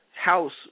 house